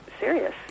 serious